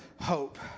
hope